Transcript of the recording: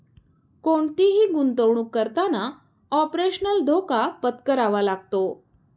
कोणतीही गुंतवणुक करताना ऑपरेशनल धोका पत्करावा लागतो